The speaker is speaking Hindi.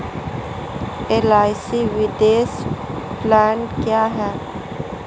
एल.आई.सी निवेश प्लान क्या है?